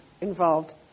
involved